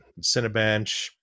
Cinebench